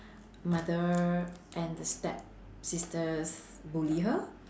mother and the stepsisters bully her